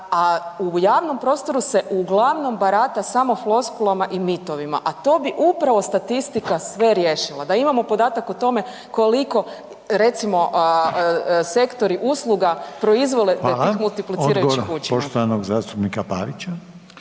a u javnom prostoru se uglavnom barata samo floskulama i mitovima, a to bi upravo statistika sve riješila. Da imamo podatak o tome koliko recimo sektori usluga proizvode … multiplicirajućih … /Govornici govore u isto